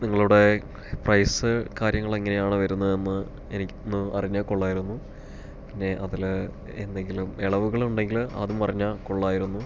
നിങ്ങളുടെ പ്രൈസ് കാര്യങ്ങൾ എങ്ങനെയാണ് വരുന്നതെന്ന് എനിക്കൊന്ന് അറിഞ്ഞാൽ കൊള്ളാമായിരുന്നു പിന്നെ അതില് എന്തെങ്കിലും ഇളവുകളുണ്ടെങ്കില് അതും പറഞ്ഞാൽ കൊള്ളാമായിരുന്നു